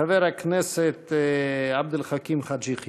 חבר הכנסת עבד אל חכים חאג' יחיא.